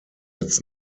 its